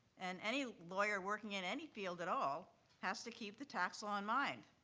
and any lawyer working in any field at all has to keep the tax law in mind.